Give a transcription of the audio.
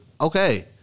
Okay